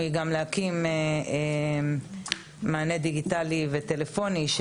התוכנית שלנו היא להקים מענה דיגיטלי וטלפוני,